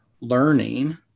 learning